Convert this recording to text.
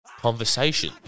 conversation